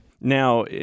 Now